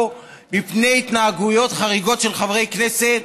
מפני התנהגויות חריגות של חברי כנסת,